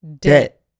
Debt